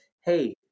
hey